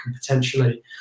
potentially